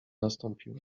nastąpiło